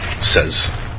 Says